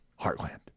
heartland